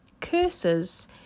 curses